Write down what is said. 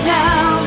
now